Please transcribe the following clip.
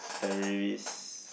Teris